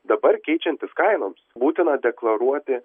dabar keičiantis kainoms būtina deklaruoti